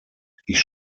ich